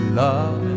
love